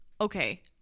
Okay